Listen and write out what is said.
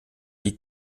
die